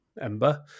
ember